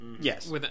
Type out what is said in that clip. Yes